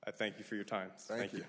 i thank you for your time thank you